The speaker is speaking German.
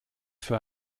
für